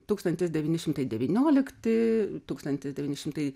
tūkstantis devyni šimtai devyniolikti tūkstantis devyni šimtai